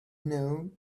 know